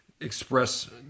express